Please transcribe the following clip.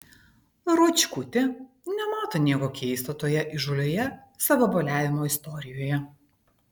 ruočkutė nemato nieko keisto toje įžūlioje savavaliavimo istorijoje